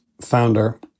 founder